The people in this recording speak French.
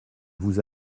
vous